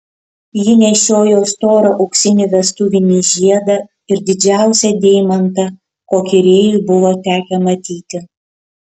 ji nešiojo storą auksinį vestuvinį žiedą ir didžiausią deimantą kokį rėjui buvo tekę matyti